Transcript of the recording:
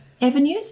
avenues